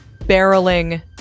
barreling